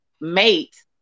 mate